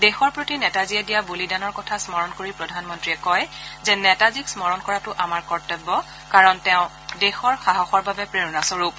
দেশৰ প্ৰতি নেতাজীয়ে দিয়া বলিদানৰ কথা স্মৰণ কৰি প্ৰধানমন্ত্ৰীয়ে কয় যে নেতাজীক স্মৰণ কৰাটো আমাৰ কৰ্তব্য কাৰণ তেওঁ দেশৰ সাহসৰ বাবে প্ৰেৰণা স্বৰূপ